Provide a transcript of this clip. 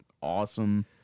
awesome